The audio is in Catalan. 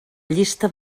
llista